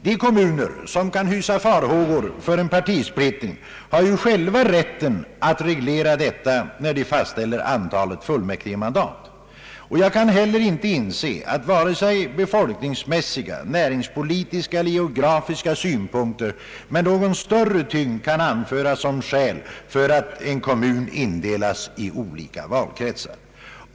De kommuner som kan hysa farhågor för en partisplittring har ju själva rätten att reglera detta när de fastställer antalet fullmäktigemandat. Jag kan heller inte inse att vare sig befolkningsmässiga, näringspolitiska eller geografiska synpunkter med någon större tyngd kan anföras som skäl för att en kommun indelas i olika valkretsar.